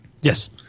Yes